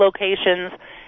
locations